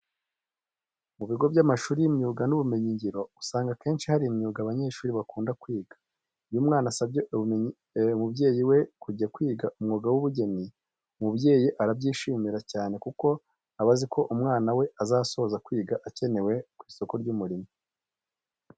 Mu bigo by'amashuri y'imyuga n'ubumenyingiro usanga akenshi hari imyuga abanyeshuri bakunda kwiga. Iyo umwana asabye umubyeyi we kujya kwiga umwuga w'ubugeni, umubyeyi arabyishimira cyane kuko aba azi ko umwana we azasoza kwiga akenewe ku isoko ry'umurimo.